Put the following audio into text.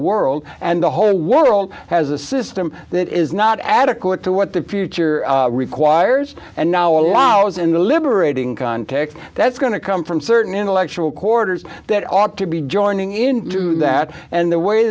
world and the whole world has a system that is not adequate to what the future requires and now allows in the liberating context that's going to come from certain intellectual quarters that ought to be joining into that and the way